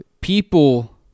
people